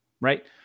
right